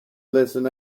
lesson